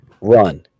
run